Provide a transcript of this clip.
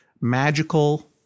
magical